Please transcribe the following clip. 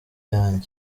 yanjye